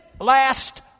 last